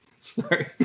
Sorry